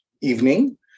evening